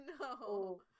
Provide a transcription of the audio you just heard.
No